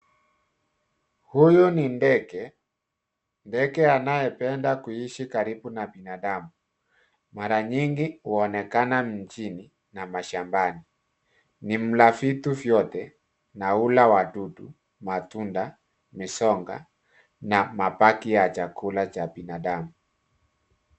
Huyu ni ndege ndege anayependa kuishi karibu na binadamu mara nyingi huonekana mjini na mashambani ni mla vitu vyote na hula wadudu matunda misonga na mabaki ya chakula cha binadamu.